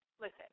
Listen